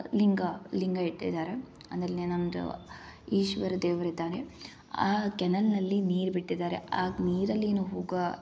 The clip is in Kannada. ಲಿಂಗ ಲಿಂಗ ಇಟ್ಟಿದಾರೆ ಅನಲ್ನೆ ನಮ್ದು ಈಶ್ವರ ದೇವರಿದ್ದಾನೆ ಆ ಕೆನಲ್ನಲ್ಲಿ ನೀರು ಬಿಟ್ಟಿದಾರೆ ಆ ನೀರಲ್ಲೀನು ಹೊಗೋ